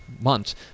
months